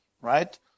right